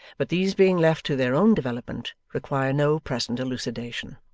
but these being left to their own development, require no present elucidation.